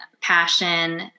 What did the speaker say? passion